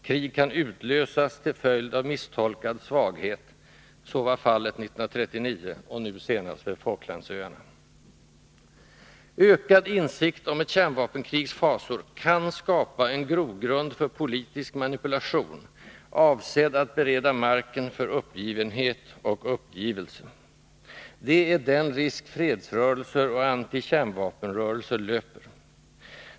Krig kan utlösas till följd av misstolkad svaghet. Så var fallet 1939, och nu senast vid Falklandsöarna. Ökad insikt om ett kärnvapenkrigs fasor kan skapa en grogrund för politisk manipulation, avsedd att bereda marken för uppgivenhet och uppgivelse. Det är den risk fredsrörelser och antikärnvapenrörelser löper.